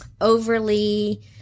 overly